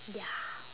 ya